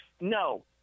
no